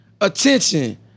attention